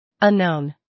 Unknown